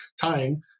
tying